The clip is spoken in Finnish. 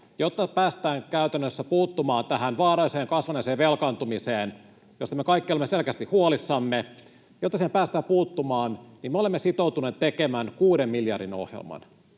jotta päästään käytännössä puuttumaan tähän vaaralliseen kasvaneeseen velkaantumiseen, josta me kaikki olemme selkeästi huolissamme, me olemme sitoutuneet tekemään kuuden miljardin ohjelman.